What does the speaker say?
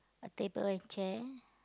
a table and chair